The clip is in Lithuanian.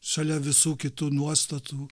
šalia visų kitų nuostatų